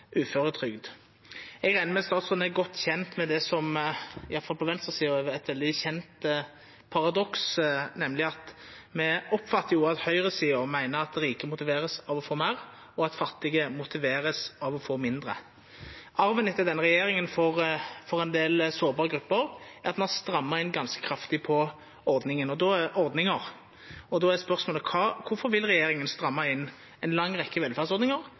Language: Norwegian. er eit veldig kjent paradoks, nemleg at me oppfattar at høgresida meiner at dei rike vert motiverte av å få meir, og at fattige vert motiverte av å få mindre. Arven etter denne regjeringa for ein del sårbare grupper er at ein strammar inn ganske kraftig på ordningar. Då er spørsmålet: Kvifor vil regjeringa stramma inn ei lang rekkje velferdsordningar,